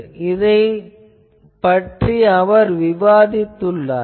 அவர் இதைப்பற்றி விவாதித்துள்ளார்